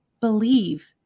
believe